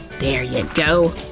there you go.